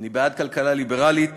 אני בעד כלכלה ליברלית